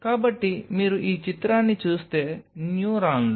కాబట్టి మీరు ఈ చిత్రాన్ని చూస్తే న్యూరాన్లు